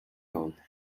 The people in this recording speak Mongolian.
явна